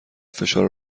فشار